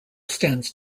stands